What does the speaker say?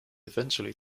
eventually